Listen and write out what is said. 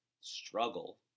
struggle